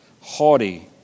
haughty